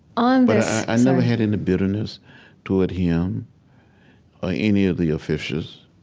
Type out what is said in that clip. um but i never had any bitterness toward him or any of the officials.